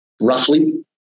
roughly